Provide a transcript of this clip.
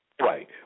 right